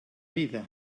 vida